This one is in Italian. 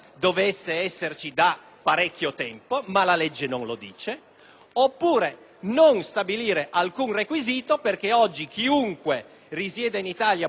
oppure non stabilire alcun requisito, visto che oggi chiunque risieda in Italia può candidarsi in una qualunque Regione, Provincia o Comune d'Italia.